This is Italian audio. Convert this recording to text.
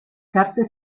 carte